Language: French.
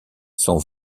son